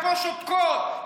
ופה שותקות.